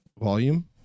volume